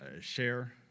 share